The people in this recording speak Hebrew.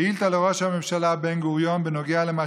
שאילתה לראש הממשלה בן-גוריון בנוגע למה